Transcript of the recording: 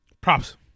props